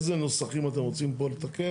איזה נוסחים אתם רוצים פה לתקן.